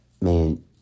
man